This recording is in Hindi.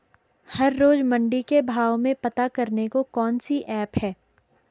हर रोज़ मंडी के भाव पता करने को कौन सी ऐप है?